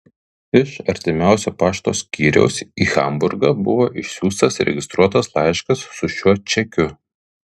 iš artimiausio pašto skyriaus į hamburgą buvo išsiųstas registruotas laiškas su šiuo čekiu